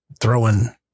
throwing